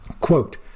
Quote